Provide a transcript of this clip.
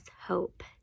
hope